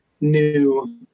new